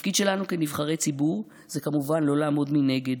התפקיד שלנו כנבחרי ציבור זה כמובן לא לעמוד מנגד,